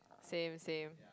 same same